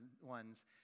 ones